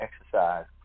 exercise